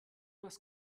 was